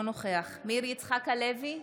אינו נוכח מאיר יצחק הלוי,